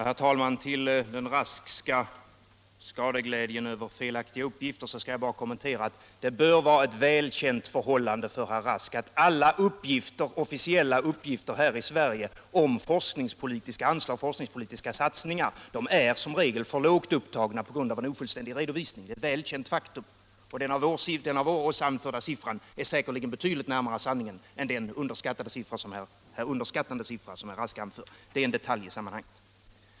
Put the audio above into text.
Herr talman! Den Raskska skadeglädjen över felaktiga uppgifter skall jag bara kommentera genom att säga att det bör vara ett väl känt för I hållande för herr Rask att alla officiella uppgifter här i Sverige om forskningspolitiska satsningar som regel är för lågt upptagna på grund av ofullständiga redovisningar. Det är ett väl känt faktum, och den av oss anförda 171 siffran ligger säkerligen betydligt närmare sanningen än den underskattande siffra som herr Rask anfört. Det är en detalj i sammanhanget.